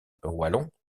wallon